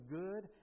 good